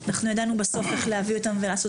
אנחנו ידענו בסוף איך להביא אותם ולעשות